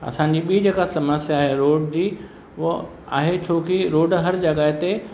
असांजी बि जेका समस्या आहे रोड जी उहो आहे छोकी रोड हर जॻहि ते